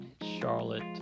Charlotte